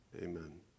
Amen